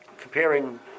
comparing